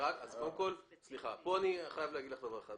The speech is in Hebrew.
כאן אני חייב לומר לך דבר אחד.